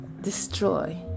destroy